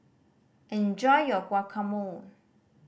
enjoy your Guacamole